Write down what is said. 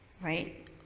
right